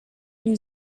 new